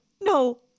no